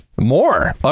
More